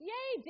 Yay